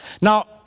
Now